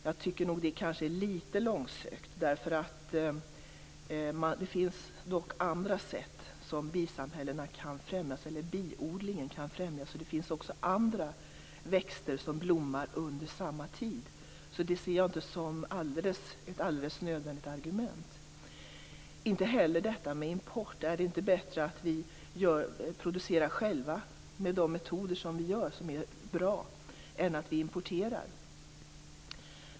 Jag tycker att det är lite långsökt. Det finns andra sätt som man kan främja biodlingen på. Det finns också andra växter som blommar under samma tid. Därför ser jag inte det här som ett nödvändigt argument. Det gäller också detta med import. Är det inte bättre att vi producerar själva med de metoder som vi har, som är bra, än att vi importerar?